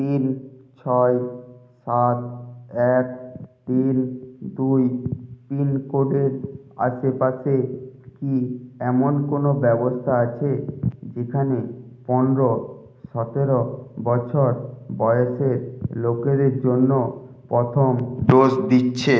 তিন ছয় সাত এক তিন দুই পিনকোডের আশেপাশে কি এমন কোনও ব্যবস্থা আছে যেখানে পনেরো সতেরো বছর বয়সের লোকেদের জন্য প্রথম ডোজ দিচ্ছে